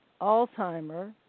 Alzheimer